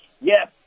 yes